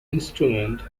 instrument